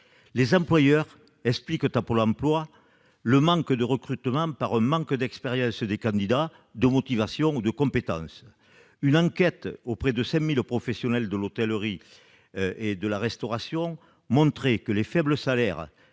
Les employeurs expliquent à Pôle Emploi l'insuffisance de recrutement par un manque d'expérience, de motivation ou de compétence des candidats. Une enquête auprès de 5 000 professionnels de l'hôtellerie-restauration montrait que les faibles salaires